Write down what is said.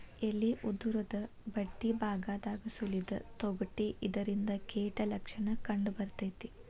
ಎಲಿ ಉದುರುದು ಬಡ್ಡಿಬಾಗದಾಗ ಸುಲಿದ ತೊಗಟಿ ಇದರಿಂದ ಕೇಟ ಲಕ್ಷಣ ಕಂಡಬರ್ತೈತಿ